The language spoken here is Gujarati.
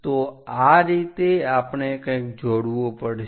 તો આ રીતે આપણે કંઈક જોડવું પડશે